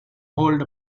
hold